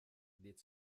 lädt